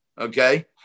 okay